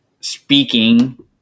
speaking